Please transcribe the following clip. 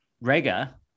Rega